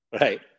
Right